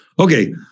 Okay